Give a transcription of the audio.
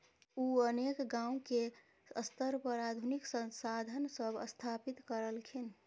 उ अनेक गांव के स्तर पर आधुनिक संसाधन सब स्थापित करलखिन